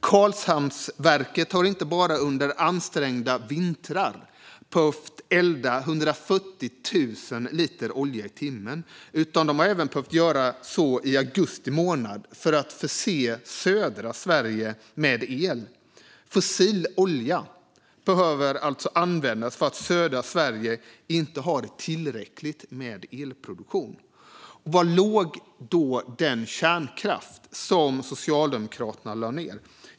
Karlshamnsverket har inte bara under ansträngda vintrar behövt elda 140 000 liter olja i timmen, utan man har även behövt göra så i augusti månad för att förse södra Sverige med el. Fossil olja behöver alltså användas för att södra Sverige inte har tillräckligt med elproduktion. Och var låg då den kärnkraft som Socialdemokraterna lade ned?